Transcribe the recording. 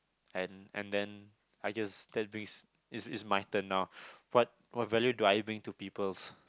and and then I guess that brings is is my turn now what what value do I bring to peoples'